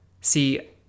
See